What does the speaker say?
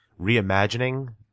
reimagining